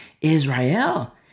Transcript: Israel